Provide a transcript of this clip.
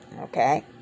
okay